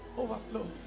overflow